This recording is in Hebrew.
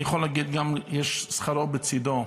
אני יכול להגיד גם, יש דבר ששכרו בצידו.